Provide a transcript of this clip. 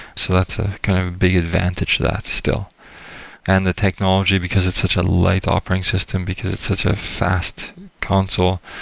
so that's a kind of big advantage to that still and the technology, because it's such a light operating system, because it's such a fast console,